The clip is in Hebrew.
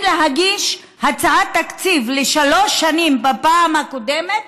להגיש הצעת תקציב לשלוש שנים בפעם הקודמת,